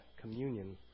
communion